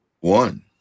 One